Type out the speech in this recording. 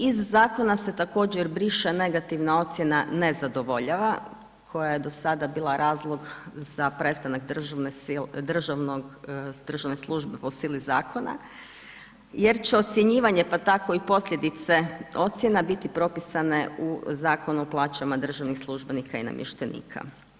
Iz zakona se također briše negativna osoba ne zadovoljava, koja je do sada bila razlog za prestanak državne službe po sili zakona, jer će ocjenjivanje, pa tako i posljedice ocjena biti propisane u zakon o plaćama državnih službenika i namještenika.